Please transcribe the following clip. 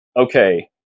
okay